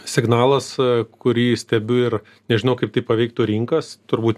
signalas kurį stebiu ir nežinau kaip tai paveiktų rinkas turbūt